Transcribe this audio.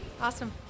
Awesome